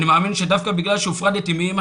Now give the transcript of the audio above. אני מאמין שדווקא בגלל שהופרדתי מאימא